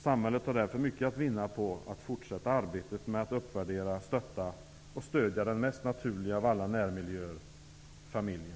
Samhället har därför mycket att vinna på att fortsätta arbetet med att uppvärdera, stötta och stödja den mest naturliga av alla närmiljöer: familjen.